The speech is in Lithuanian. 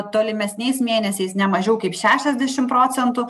tolimesniais mėnesiais ne mažiau kaip šešiasdešim procentų